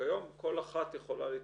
כיום כל אחת יכולה לתרום.